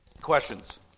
Questions